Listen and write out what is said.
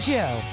Joe